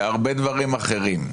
בהרבה דברים אחרים.